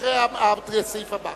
אחרי הסעיף הבא.